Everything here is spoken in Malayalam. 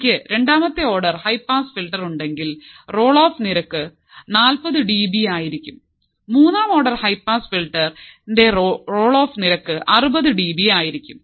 എനിക്ക് രണ്ടാമത്തെ ഓർഡർ ഹൈ പാസ് ഫിൽട്ടർ ഉണ്ടെങ്കിൽ റോൾ ഓഫ് നിരക്ക് നാൽപതു ഡിബി ആയിരിക്കും മൂന്നാം ഓർഡർ ഹൈ പാസ് ഫിൽട്ടർ എന്റെ റോൾ ഓഫ് നിരക്ക് അറുപതു ഡിബി ആയിരിക്കും